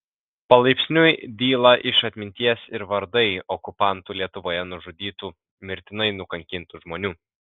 palaipsniui dyla iš atminties ir vardai okupantų lietuvoje nužudytų mirtinai nukankintų žmonių